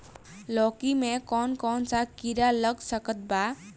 लौकी मे कौन कौन सा कीड़ा लग सकता बा?